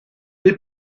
n’ai